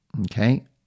Okay